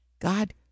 God